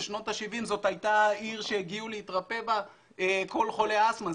בשנות השבעים זאת הייתה העיר שהגיעו להתרפא בה כל חולי האסטמה,